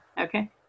Okay